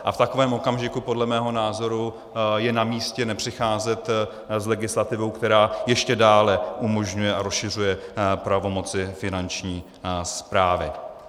A v takovém okamžiku podle mého názoru je namístě nepřicházet s legislativou, která ještě dále umožňuje a rozšiřuje pravomoci Finanční správy.